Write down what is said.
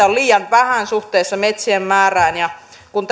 on liian vähän suhteessa metsien määrään ja kun